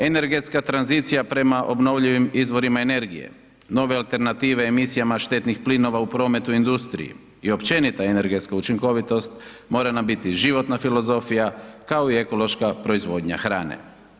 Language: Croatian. Energetska tranzicija prema obnovljivim izvorima energije, nove alternative emisijama štetnih plinova u prometu i industriji i općenita energetska učinkovitost mora nam biti životna filozofija, kao i ekološka proizvodnja hrane.